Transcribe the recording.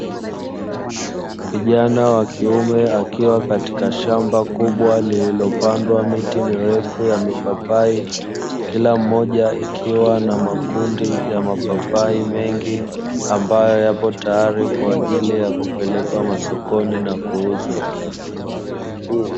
Kijana wa kiume akiwa katika shamba kubwa lilolopandwa miti mirefu ya mipapai, kila mmoja ikiwa na makundi ya mapapai mengi ambayo yapo tayari kwa ajili ya kupelekwa masokoni na kuuzwa.